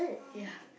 ya